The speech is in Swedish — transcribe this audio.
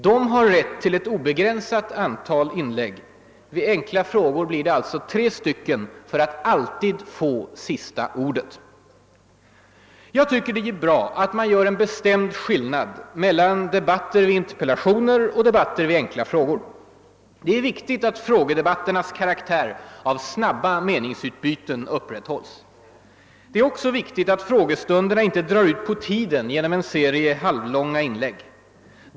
De har rätt till ett obegränsat antal anföranden — vid enkla frågor blir det alltså tre stycken inlägg för att få sista ordet. Jag tycker det är bra att man gör en bestämd skillnad mellan interpellationsdebatter och debatter i enkla frågor. Det är viktigt att frågedebatternas karaktär av snabba meningsutbyten bibehålles. Det är också viktigt att frågestunderna inte drar ut på tiden genom en serie halvlånga inlägg.